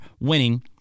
winning